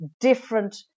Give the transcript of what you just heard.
different